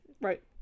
Right